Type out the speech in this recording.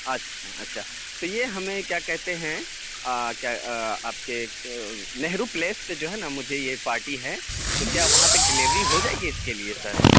اچھا اچھا تو یہ ہمیں کیا کہتے ہیں کیا آپ کے نہرو پلیس پہ جو ہے نا مجھے یہ پارٹی ہے تو کیا وہاں تک ڈلیوری ہو جائے گی اس کے لیے سر